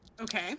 Okay